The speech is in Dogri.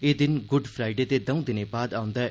एह् दिन गुड फ्राईडे दे दौं दिनें बाद औंदा ऐ